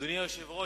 אדוני היושב-ראש,